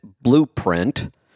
Blueprint